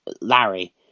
Larry